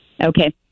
Okay